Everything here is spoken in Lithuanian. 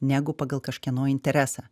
negu pagal kažkieno interesą